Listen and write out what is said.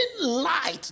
light